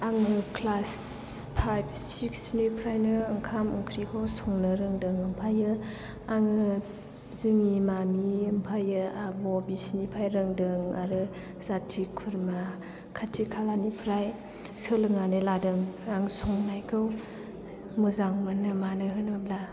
आङो class five सिक्सनिफ्रायनो ओंखाम ओंख्रिखौ संनो रोंदों ओमफ्राय आङो जोंनि मामि ओमफ्रायो आब' बिसोरनिफाय रोंदों आरो जाति खुरमा खाथि खालानिफ्राय सोलोंनानै लादों आं संनायखौ मोजां मोनो मानो होनोब्ला